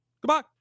Goodbye